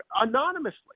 anonymously